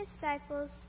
disciples